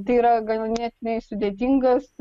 tai yra ganėtinai sudėtingas